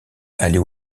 allait